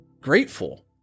grateful